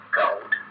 gold